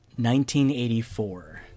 1984